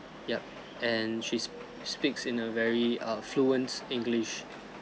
yup and she sp~ speaks in a very err fluent english